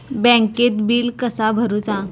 बँकेत बिल कसा भरुचा?